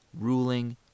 ruling